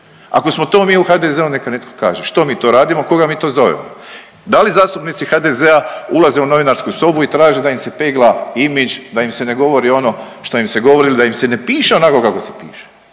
Ako smo to mi u HDZ-u neka netko kaže što mi to radimo, koga mi to zovemo. Da li zastupnici HDZ-a ulaze u novinarsku sobu i traže da im se pegla imidž, da im se ne govori ono što im se govori ili da im se ne piše onako kako se piše?